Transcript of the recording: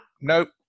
nope